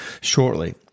shortly